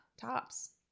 tops